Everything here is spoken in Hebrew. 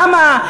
למה?